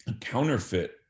counterfeit